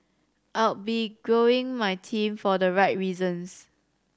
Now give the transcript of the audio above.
I'll be growing my team for the right reasons